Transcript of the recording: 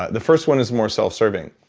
ah the first one is more self-serving.